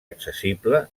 accessible